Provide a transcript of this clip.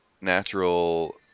natural